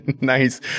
Nice